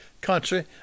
country